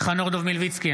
חנוך דב מלביצקי,